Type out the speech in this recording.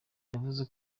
yavuze